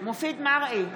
מופיד מרעי,